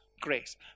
grace